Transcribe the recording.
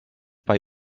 bei